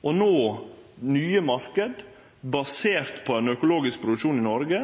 å nå nye marknader basert på ein økologisk produksjon i Noreg